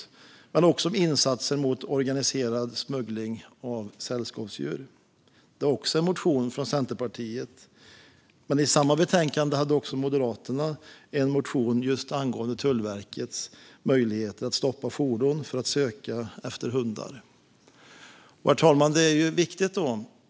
Det handlade också om insatser mot organiserad smuggling av sällskapsdjur, också det en motion från Centerpartiet. I samma betänkande hade Moderaterna en motion om Tullverkets möjligheter att stoppa fordon för att söka efter hundar. Herr talman!